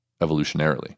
evolutionarily